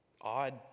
odd